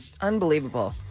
Unbelievable